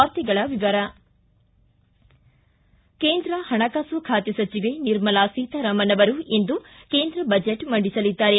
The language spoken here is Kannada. ವಾರ್ತೆಗಳ ವಿವರ ಕೇಂದ್ರ ಹಣಕಾಸು ಖಾತೆ ಸಚಿವೆ ನಿರ್ಮಲಾ ಸೀತಾರಾಮನ್ ಅವರು ಇಂದು ಕೇಂದ್ರ ಬಜೆಟ್ ಮಂಡಿಸಲಿದ್ದಾರೆ